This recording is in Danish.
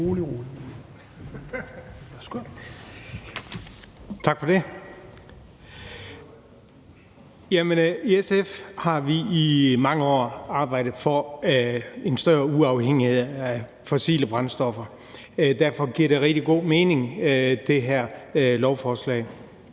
I SF har vi i mange år arbejdet for en større uafhængighed af fossile brændstoffer. Derfor giver det her lovforslag